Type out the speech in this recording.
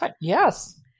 Yes